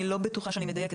אני לא בטוחה שאני מדייקת,